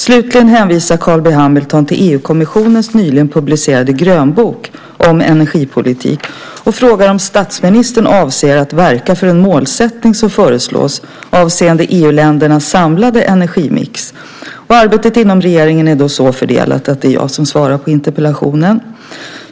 Slutligen hänvisar Carl B Hamilton till EU-kommissionens nyligen publicerade grönbok om energipolitik och frågar om statsministern avser att verka för en målsättning som föreslås avseende EU-ländernas samlade energimix. Arbetet inom regeringen är så fördelat att det är jag som ska svara på interpellationen.